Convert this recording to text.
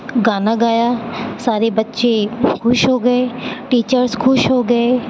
گانا گایا سارے بچے خوش ہو گئے ٹیچرس خوش ہو گئے